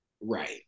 right